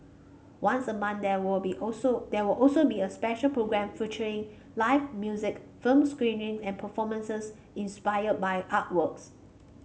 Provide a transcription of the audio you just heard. once a month there will be also there will also be a special programme featuring live music film screening and performances inspired by artworks